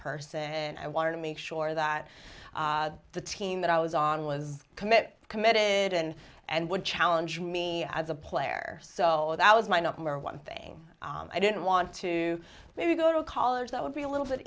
person and i wanted to make sure that the team that i was on was commit committed and and would challenge me as a player so that was my number one thing i didn't want to maybe go to college that would be a little bit